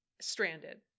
stranded